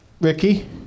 Ricky